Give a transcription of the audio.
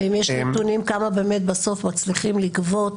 ואם יש נתונים כמה באמת בסוף מצליחים לגבות?